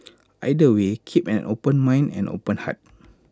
either way keep an open mind and open heart